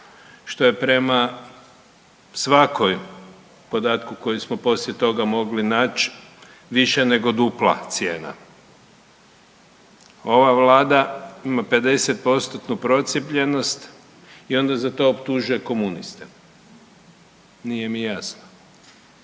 što je prema svakoj podatku koji smo poslije toga mogli naći više nego dupla cijena. Ova Vlada ima 50%-tnu procijepljenost i onda za to optužuje komuniste. Nije mi jasno.